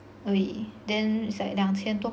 而已 then is like 两千多